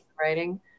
writing